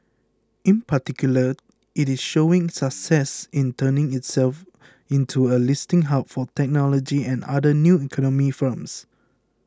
in particular it is showing success in turning itself into a listing hub for technology and other 'new economy' firms